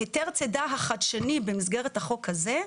היתר הצידה החדשני במסגרת החוק הזה,